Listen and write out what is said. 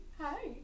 Hi